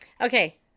okay